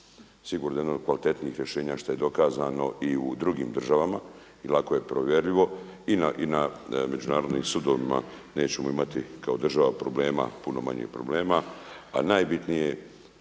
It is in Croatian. jedno od kvalitetnijih rješenja što je dokazano i u drugim državama i lako je provjerljivo i na međunarodnim sudovima nećemo imati kao država problema, puno manje problema. A najbitnije je